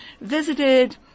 visited